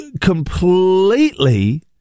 completely